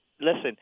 Listen